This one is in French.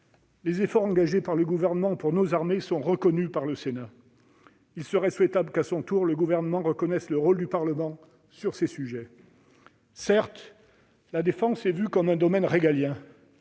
Les efforts engagés par le Gouvernement pour nos armées sont reconnus par le Sénat. Il serait souhaitable que le Gouvernement reconnaisse réciproquement le rôle du Parlement sur ces sujets. Tout à fait ! Certes, la défense est vue comme un domaine régalien,